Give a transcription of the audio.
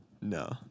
No